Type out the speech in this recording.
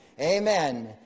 Amen